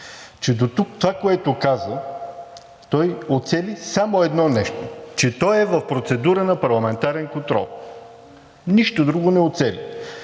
това, което каза той, уцели само едно нещо – че той е в процедура на парламентарен контрол. Нищо друго не уцели.